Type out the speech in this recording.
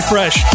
Fresh